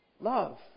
Love